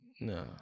no